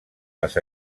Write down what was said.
les